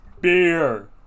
Beer